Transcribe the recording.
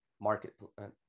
Marketplace